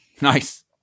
Nice